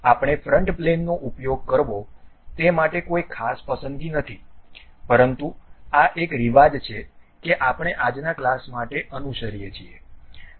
આપણે ફ્રન્ટ પ્લેનનો ઉપયોગ કરવો તે માટે કોઈ ખાસ પસંદગી નથી પરંતુ આ એક રિવાજ છે કે આપણે આજના ક્લાસ માટે અનુસરીએ છીએ